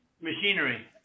machinery